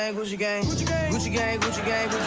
ah gucci gang gucci gang, gucci gang,